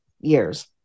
years